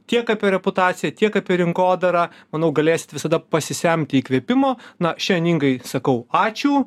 tiek apie reputaciją tiek apie rinkodarą manau galėsit visada pasisemti įkvėpimo na šen ingai sakau ačiū